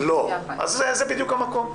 אז זה בדיוק המקום.